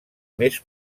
més